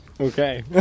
Okay